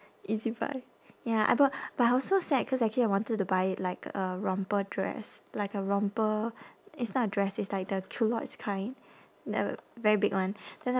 ezbuy ya I bought but it was so sad because actually I wanted to buy like a romper dress like a romper it's not a dress it's like the culottes kind nev~ very big one then af~